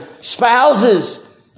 spouses